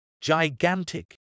Gigantic